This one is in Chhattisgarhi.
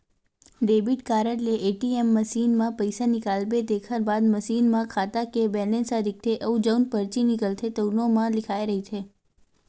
डेबिट कारड ले ए.टी.एम मसीन म पइसा निकालबे तेखर बाद मसीन म खाता के बेलेंस ह दिखथे अउ जउन परची निकलथे तउनो म लिखाए रहिथे